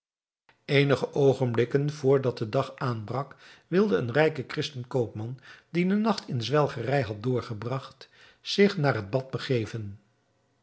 eenige oogenblikken vr dat de dag aanbrak wilde een rijke christen koopman die den nacht in zwelgerij had doorgebragt zich naar het bad begeven